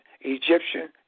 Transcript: Egyptian